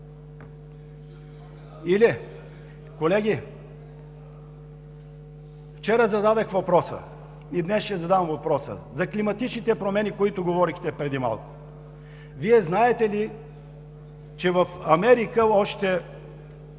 Колеги, вчера зададох въпроса, и днес ще го задам, за климатичните промени, за които говорихте преди малко. Вие знаете ли, че в Америка,